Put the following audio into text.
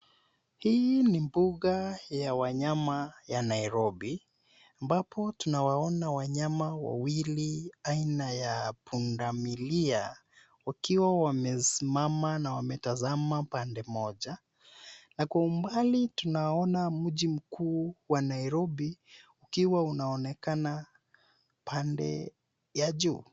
Hii ni mbuga ya wanyama ya Nairobi ambapo tunawaona wanyama wawili aina ya punda milia wakiwa wamesimama na wametazama pande moja, na kwa umbali tunaona mji mkuu wa Nairobi ukiwa unaonekana pande ya juu.